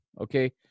okay